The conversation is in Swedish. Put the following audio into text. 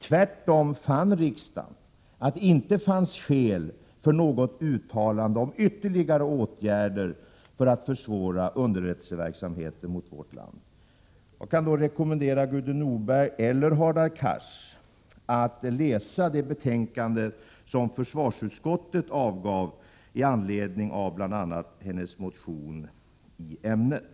Riksdagen fann tvärtom att det inte fanns skäl för något uttalande om ytterligare åtgärder för att försvåra underrättelseverksamheten mot vårt land. Jag kan rekommendera Gudrun Norberg eller Hadar Cars att läsa det betänkande försvarsutskottet avgav i anledning av bl.a. Gudrun Norbergs motion i ämnet.